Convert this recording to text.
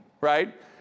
right